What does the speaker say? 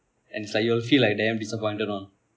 and it's like you will feel like damn disappointed one